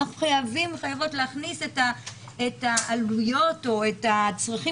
אנחנו חייבים וחייבות להכניס את העלויות או את הצרכים